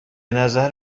نظر